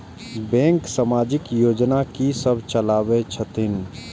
Bank समाजिक योजना की सब चलावै छथिन?